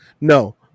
No